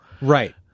right